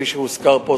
כפי שהוזכר פה,